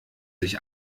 sich